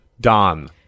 Don